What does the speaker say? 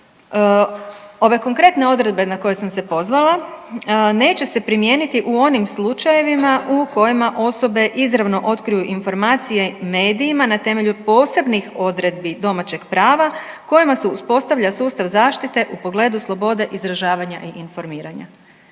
ove konkretne odredbe na koje sam se pozvala neće se primijeniti u onim slučajevima u kojima osobe izravno otkriju informacije medijima na temelju posebnih odredbi domaćeg prava kojima se uspostavlja sustav zaštite u pogledu slobode izražavanja i informiranja.